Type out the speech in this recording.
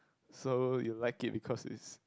so you like it because it's